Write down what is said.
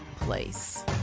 place